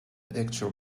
actual